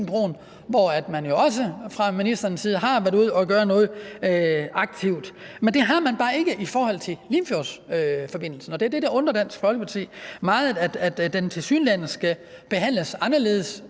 hvor man jo også fra ministerens side har været ude at gøre noget aktivt. Men det har man bare ikke i forhold til Limfjordsforbindelsen, og det undrer Dansk Folkeparti meget, at den tilsyneladende skal behandles anderledes